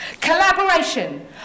Collaboration